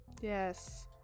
Yes